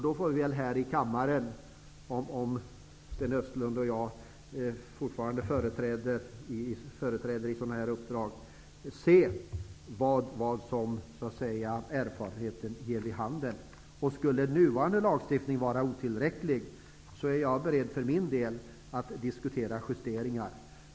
Då får vi här i kammaren, om Sten Östlund och jag fortfarande är företrädare i sådana här uppdrag, se vad erfarenheten ger vid handen. Skulle nuvarande lagstiftning vara otillräcklig är jag för min del beredd att diskutera justeringar.